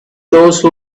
those